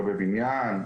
לא בבניין,